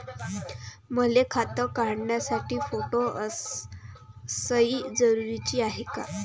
मले खातं काढासाठी फोटो अस सयी जरुरीची हाय का?